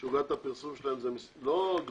שלא תעשה שום החרגה.